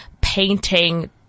Painting